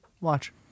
Watch